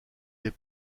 des